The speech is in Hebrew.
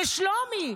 לשלומי.